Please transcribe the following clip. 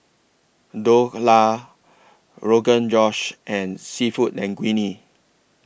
Dhokla Rogan Josh and Seafood Linguine